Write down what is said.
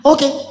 Okay